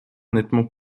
nettement